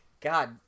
God